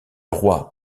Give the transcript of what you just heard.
roi